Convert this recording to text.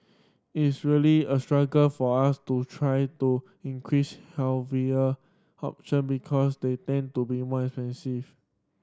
it's really a struggle for us to try to increase healthier option because they tend to be more expensive